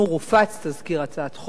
הופץ תזכיר חוק,